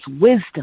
wisdom